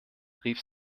rief